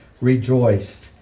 rejoiced